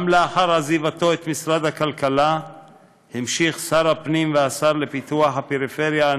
גם לאחר עזיבתו את משרד הכלכלה המשיך שר הפנים והשר לפיתוח הפריפריה,